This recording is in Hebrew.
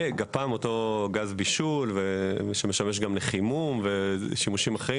וגפ"מ שהוא גז בישול שמשמש גם לחימום ולעוד שימושים אחרים.